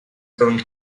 going